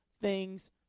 thing's